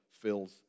fills